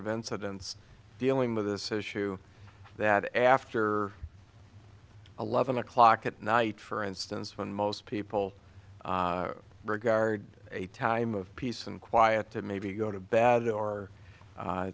of incidents dealing with this issue that after eleven o'clock at night for instance when most people regard a time of peace and quiet to maybe go to bed or